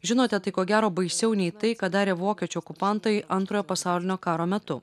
žinote tai ko gero baisiau nei tai ką darė vokiečių okupantai antrojo pasaulinio karo metu